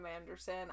Anderson